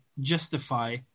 justify